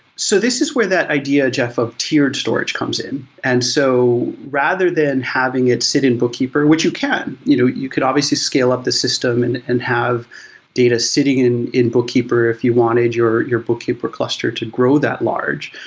so this is where that idea jeff, of tiered storage comes in. and so rather than having it sit in bookkeeper, which you can. you know you could obviously scale up the system and and have data sitting in in bookkeeper, if you wanted your your bookkeeper cluster to grow that large.